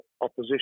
opposition